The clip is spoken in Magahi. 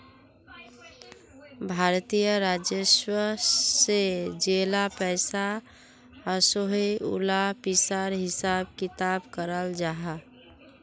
भारतीय राजस्व से जेला पैसा ओसोह उला पिसार हिसाब किताब कराल जाहा